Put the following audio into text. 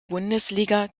bundesliga